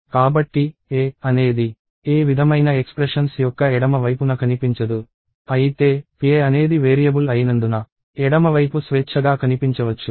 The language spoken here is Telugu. కాబట్టి a అనేది ఏ విధమైన ఎక్స్ప్రెషన్స్ యొక్క ఎడమ వైపున కనిపించదు అయితే pa అనేది వేరియబుల్ అయినందున ఎడమవైపు స్వేచ్ఛగా కనిపించవచ్చు